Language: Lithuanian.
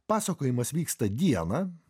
pasakojimas vyksta dieną